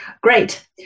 Great